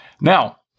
Now